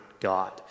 God